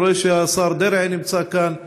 אני רואה שהשר דרעי נמצא כאן,